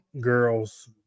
girls –